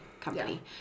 company